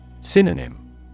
Synonym